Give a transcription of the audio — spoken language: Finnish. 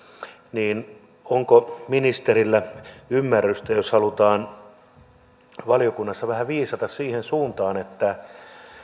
niin onko ministerillä ymmärrystä jos halutaan valiokunnassa vähän viisata siihen suuntaan että